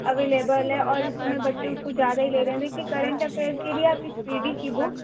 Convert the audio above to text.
available है और इस समय बच्चे उसको ज़्यादा ही ले रहे हैं देखिए करेंट अफेयर्स के लिए आप स्पीडी की बुक